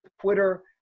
Twitter